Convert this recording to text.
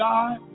God